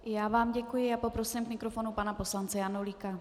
I já vám děkuji a poprosím k mikrofonu pana poslance Janulíka.